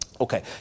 Okay